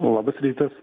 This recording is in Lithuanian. labas rytas